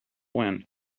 wind